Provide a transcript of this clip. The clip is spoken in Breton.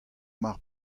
mar